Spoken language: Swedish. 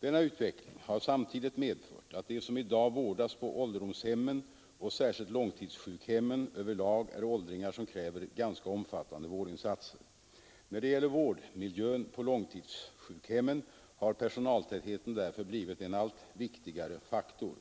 Denna utveckling har samtidigt medfört att de som i dag vårdas på ålderdomshemmen och särskilt långtidssjukhemmen över lag är åldringar som kräver ganska omfattande vårdinsatser. När det gäller vårdmiljön på långtidssjukhemmen har personaltätheten därför blivit en allt viktigare faktor.